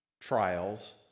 trials